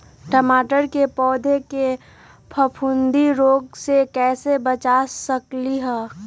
टमाटर के पौधा के फफूंदी रोग से कैसे बचा सकलियै ह?